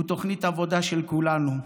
הוא תוכנית העבודה של כולנו.